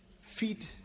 Feed